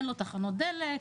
אין לו תחנות דלק,